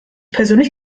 persönlich